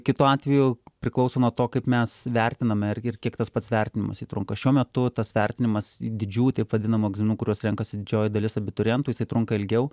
kitu atveju priklauso nuo to kaip mes vertiname ar ir kiek tas pats vertinimas trunka šiuo metu tas vertinimas didžiųjų taip vadinamų egzaminų kuriuos renkasi didžioji dalis abiturientų jisai trunka ilgiau